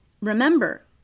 Remember